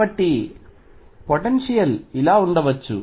కాబట్టి పొటెన్షియల్ ఇలా ఉండవచ్చు